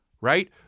right